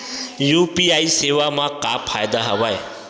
UPI सेवा मा का फ़ायदा हवे?